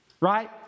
Right